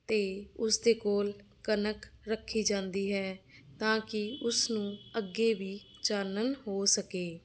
ਅਤੇ ਉਸਦੇ ਕੋਲ ਕਣਕ ਰੱਖੀ ਜਾਂਦੀ ਹੈ ਤਾਂ ਕਿ ਉਸਨੂੰ ਅੱਗੇ ਵੀ ਚਾਨਣ ਹੋ ਸਕੇ